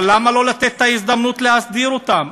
אבל למה לא לתת את ההזדמנות להסדיר אותם?